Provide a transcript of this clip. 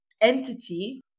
entity